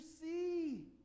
see